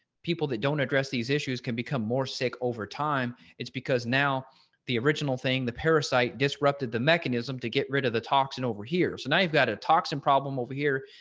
people that don't address these issues can become more sick over time. it's because now the original thing the parasite disrupted the mechanism to get rid of the toxin over here. so now you've got a toxin problem over here,